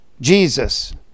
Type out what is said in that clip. Jesus